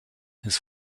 his